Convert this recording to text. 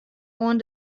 oan